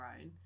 own